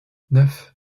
neuf